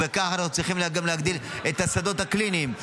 ובכך אנו צריכים גם להגדיל את השדות הקליניים,